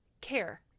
care